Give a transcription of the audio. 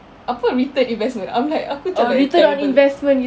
apa return investment I'm like aku macam like a terrible